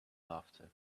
laughter